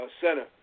center